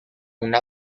una